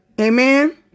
Amen